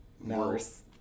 Worse